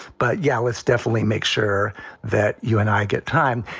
but, yeah, let's definitely make sure that you and i get time.